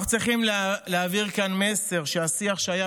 אנחנו צריכים להעביר כאן מסר שהשיח שהיה